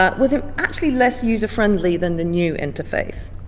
ah was ah actually less user-friendly than the new interface.